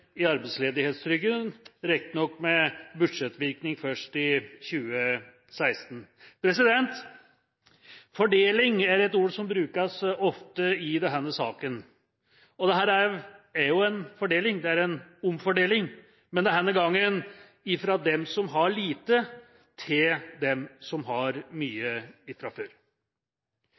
i arbeidsledighetstrygden, riktig nok med budsjettvirkning først i 2016. Fordeling er et ord som brukes ofte i denne saken – og dette er jo en fordeling, en omfordeling – men denne gangen fra dem som har lite, til dem som har mye